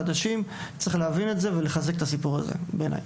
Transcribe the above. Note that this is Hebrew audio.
ולחזק את הסיפור הזה, בעיניי.